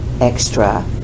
extra